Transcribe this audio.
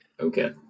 Okay